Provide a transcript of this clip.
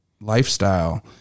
lifestyle